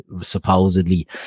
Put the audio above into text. supposedly